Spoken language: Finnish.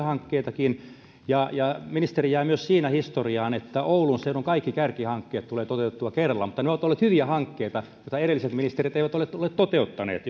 hankkeita ja ja ministeri jää myös siinä historiaan että oulun seudun kaikki kärkihankkeet tulevat toteutetuiksi kerralla mutta ne ovat olleet hyviä hankkeita joita edelliset ministerit eivät ole toteuttaneet